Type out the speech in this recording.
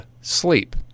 Sleep